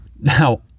Now